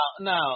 now